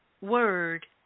word